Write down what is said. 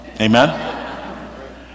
Amen